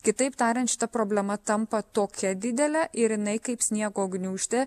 kitaip tariant šita problema tampa tokia didele ir jinai kaip sniego gniūžtė